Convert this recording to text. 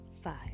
Five